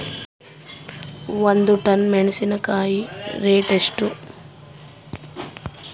ಒಂದು ಟನ್ ಮೆನೆಸಿನಕಾಯಿ ರೇಟ್ ಎಷ್ಟು?